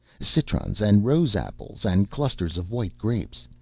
citrons and rose-apples and clusters of white grapes,